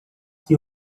que